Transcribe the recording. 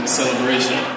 celebration